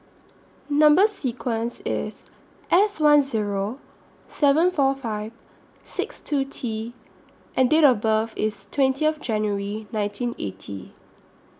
Number sequence IS S one Zero seven four five six two T and Date of birth IS twenty of January nineteen eighty